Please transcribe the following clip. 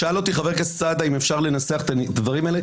שאל אותי חבר הכנסת סעדה אם אפשר לנסח את הדברים האלה.